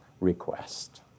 request